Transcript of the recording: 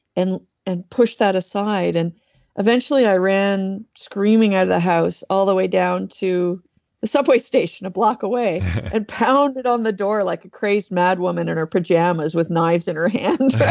and and push that aside. and eventually, i ran screaming out of the house, all the way down to the subway station a block away and pounded on the door, like a crazed madwoman in her pajamas with knives in her hand.